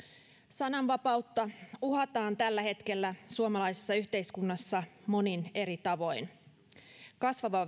sananvapautta uhataan tällä hetkellä suomalaisessa yhteiskunnassa monin eri tavoin kasvava